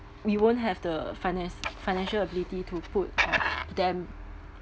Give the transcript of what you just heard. we won't have the finance financial ability to put them